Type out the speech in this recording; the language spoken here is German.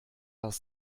das